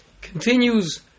Continues